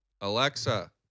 Alexa